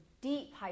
deep